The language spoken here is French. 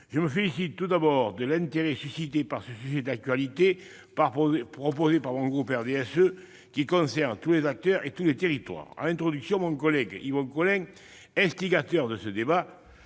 Je me félicite tout d'abord de l'intérêt suscité par ce sujet d'actualité, proposé par le groupe RDSE, qui concerne tous les acteurs et tous les territoires. En introduction, mon collègue Yvon Collin, instigateur de ce débat,